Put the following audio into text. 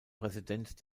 präsident